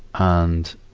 and,